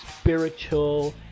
Spiritual